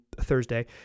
Thursday